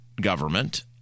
government